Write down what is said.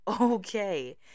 okay